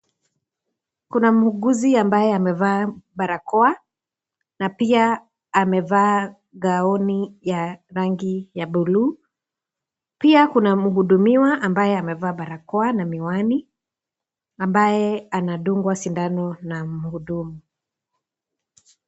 Kuna muuguzi ambaye amevaa barakoa, na pia amevaa gauni ya rangi ya (cs) blue(cs), pia kuna mhudumiwa ambaye amevaa barakoa na miwani, ambaye anadungwa sindano na mhudumu.